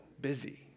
busy